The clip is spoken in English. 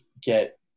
get